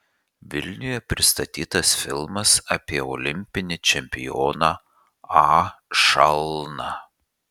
vilniuje pristatytas filmas apie olimpinį čempioną a šalną